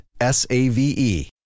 S-A-V-E